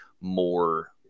more